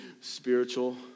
spiritual